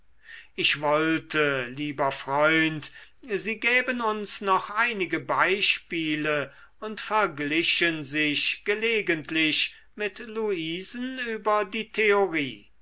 ich wollte lieber freund sie gäben uns noch einige beispiele und verglichen sich gelegentlich mit luisen über die theorie